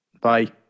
Bye